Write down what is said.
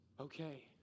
okay